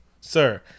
sir